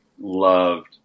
loved